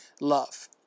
love